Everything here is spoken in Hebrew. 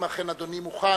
אם אכן אדוני מוכן,